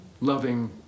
loving